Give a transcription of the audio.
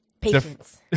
patience